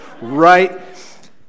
Right